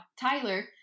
Tyler